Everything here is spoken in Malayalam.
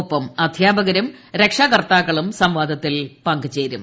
ഒപ്പം അധ്യാപകരും രക്ഷാകർത്താക്കളും സംവാദത്തിൽ പങ്കുചേരും